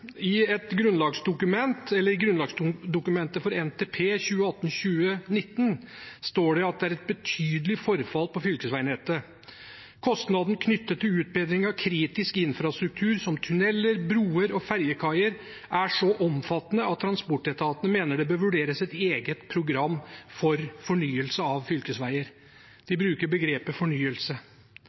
I grunnlagsdokumentet for NTP 2018–2019 står det at det er et betydelig forfall på fylkesveinettet. Kostnaden knyttet til utbedring av kritisk infrastruktur som tuneller, broer og ferjekaier er så omfattende at transportetaten mener det bør vurderes et eget program for fornyelse av fylkesveier. De bruker begrepet